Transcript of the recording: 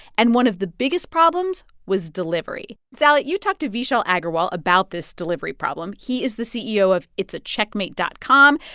and one of the biggest problems was delivery. sally, you talked to vishal agarwal about this delivery problem. he is the ceo of itsacheckmate dot com.